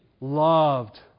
loved